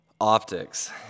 Optics